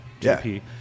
JP